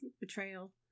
betrayal